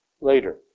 later